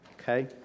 okay